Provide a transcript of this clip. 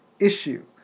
issue